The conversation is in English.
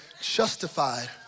justified